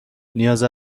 نیاز